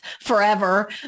forever